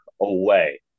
away